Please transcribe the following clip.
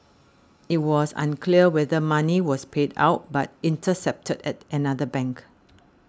it was unclear whether money was paid out but intercepted at another bank